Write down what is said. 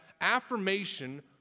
affirmation